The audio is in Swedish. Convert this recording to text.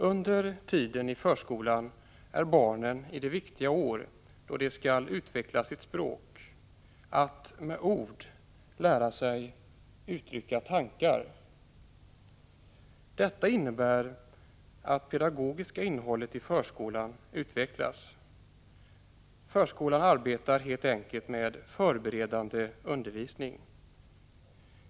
Under tiden i förskolan är barnen i de viktiga år då de skall utveckla sitt språk, dvs. lära sig att med ord uttrycka tankar. Detta innebär att det pedagogiska innehållet i förskolan utvecklas. Förskolan arbetar helt enkelt med förberedande undervisning.